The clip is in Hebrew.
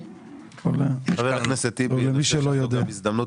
חבר הכנסת טיבי, אני חושב שמבחינתך זו הזדמנות